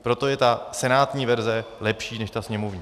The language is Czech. Proto je senátní verze lepší než ta sněmovní.